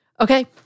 Okay